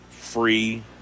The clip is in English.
free